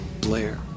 Blair